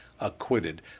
acquitted